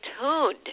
tuned